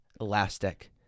elastic